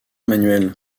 manuel